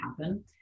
happen